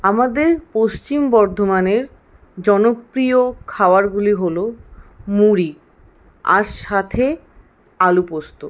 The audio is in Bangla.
আমাদের পশ্চিম বর্ধমানের জনপ্রিয় খাওয়ারগুলি হল মুড়ি আর সাথে আলু পোস্ত